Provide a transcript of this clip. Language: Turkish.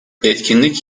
etkinlik